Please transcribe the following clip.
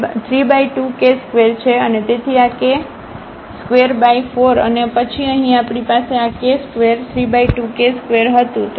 તેથી આ કે k24 અને પછી અહીં આપણી પાસે આk2 32k2 હતું